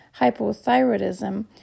hypothyroidism